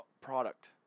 product